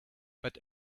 but